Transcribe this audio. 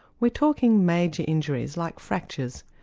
we're talking major injuries like fractures,